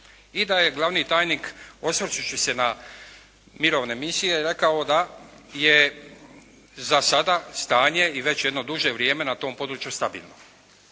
I da je glavni tajnik osvrćući se na mirovne misije rekao da je za sada stanje i već jedno duže vrijeme na tom području stabilno.